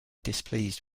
displeased